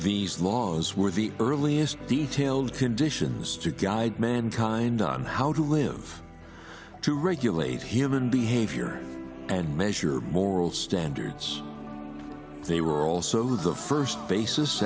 these laws were the earliest detailed conditions to guide mankind on how to live to regulate human behavior and measure moral standards they were also the first basis